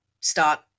start